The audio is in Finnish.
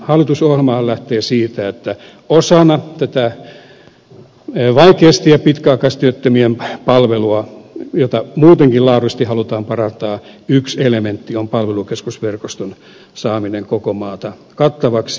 hallitusohjelmahan lähtee siitä että osana tätä vaikeasti työttömien ja pitkäaikaistyöttömien palvelua jota muutenkin laadullisesti halutaan parantaa yksi elementti on palvelukeskusverkoston saaminen koko maan kattavaksi